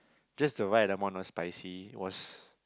just the right amount of spicy was